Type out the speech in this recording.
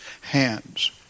hands